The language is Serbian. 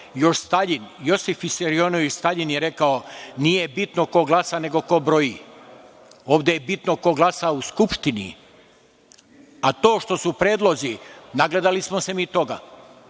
Još Staljin, Josif Visarionovič Staljin je rekao: „Nije bitno ko glasa, nego ko broji“.Ovde je bitno ko glasa u Skupštini, a to što su predlozi, nagledali smo se mi toga.